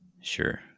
Sure